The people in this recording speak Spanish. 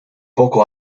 poco